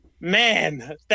man